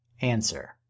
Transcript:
Answer